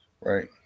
Right